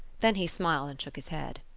then he smiled and shook his head.